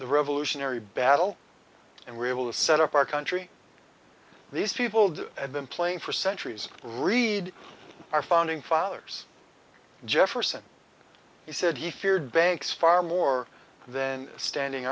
the revolutionary battle and were able to set up our country these people do have been playing for centuries read our founding fathers jefferson he said he feared banks far more then standing